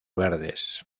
verdes